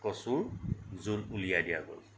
কচুৰ জোল উলিয়াই দিয়া গ'ল